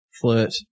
flirt